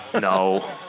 No